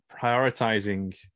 prioritizing